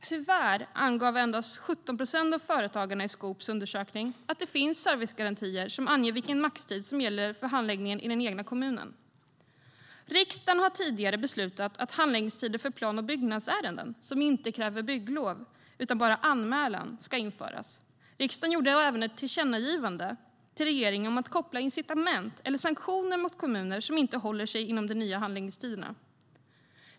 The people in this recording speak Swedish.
Tyvärr angav endast 17 procent av företagarna i Skops undersökning att det finns servicegarantier som anger vilken maximal tid som gäller för handläggningen i den egna kommunen. Riksdagen har tidigare beslutat att handläggningstider för plan och byggnadsärenden som inte kräver bygglov utan bara en anmälan ska införas. Riksdagen gjorde även ett tillkännagivande till regeringen om att koppla incitament eller sanktioner mot kommuner som inte håller sig inom de nya handläggningstiderna.